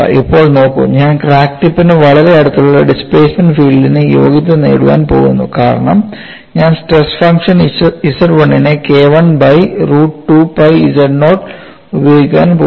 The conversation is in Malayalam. ഇപ്പോൾ നോക്കൂ ഞാൻ ക്രാക്ക് ടിപ്പിന് വളരെ അടുത്തുള്ള ഡിസ്പ്ലേസ്മെന്റ് ഫീൽഡിന് യോഗ്യത നേടാൻ പോകുന്നു കാരണം ഞാൻ സ്ട്രെസ് ഫംഗ്ഷൻ Z 1 നെ K I by root 2 pi z naught ഉപയോഗിക്കാൻ പോകുന്നു